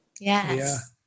Yes